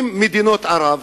עם מדינות ערב?